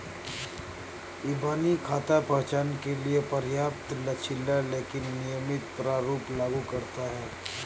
इबानी खाता पहचान के लिए पर्याप्त लचीला लेकिन नियमित प्रारूप लागू करता है